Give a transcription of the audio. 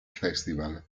festival